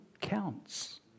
counts